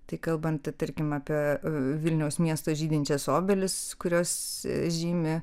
tai kalbant tarkim apie vilniaus miesto žydinčias obelis kurios žymi